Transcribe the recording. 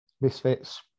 Misfits